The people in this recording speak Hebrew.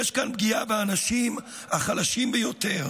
יש כאן פגיעה באנשים החלשים ביותר,